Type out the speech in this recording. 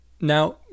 Now